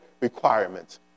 requirements